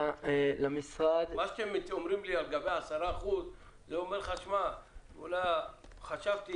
מה שאתם אומרים בעניין 10% משמעו: אולי חשבתי